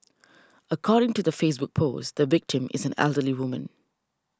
according to the Facebook post the victim is an elderly woman